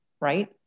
right